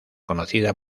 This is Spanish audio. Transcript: conocida